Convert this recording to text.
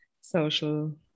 social